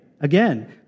Again